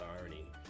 irony